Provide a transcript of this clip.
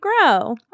grow